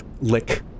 lick